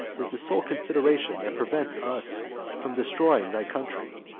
is the sole consideration that prevents us from destroying thy country,